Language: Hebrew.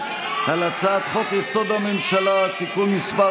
על הצעת חוק-יסוד: הממשלה (תיקון מס'